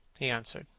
he answered.